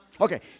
Okay